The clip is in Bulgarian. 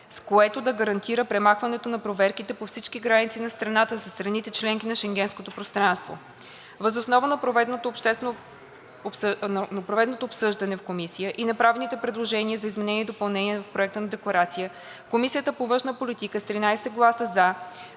„с което да гарантира премахването на проверките по всички граници на страната със страните – членки на Шенгенското пространство“. Въз основа на проведеното обсъждане в Комисията и направените предложения за изменение и допълнение в Проекта на декларация Комисията по външна политика с 13 гласа